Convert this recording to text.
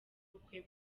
bukwe